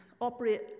operate